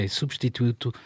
substituto